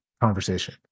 conversation